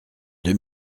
deux